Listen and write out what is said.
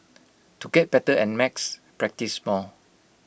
to get better at max practise more